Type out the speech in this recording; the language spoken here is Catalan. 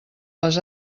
les